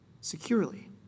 securely